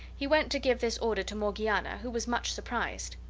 he went to give this order to morgiana, who was much surprised.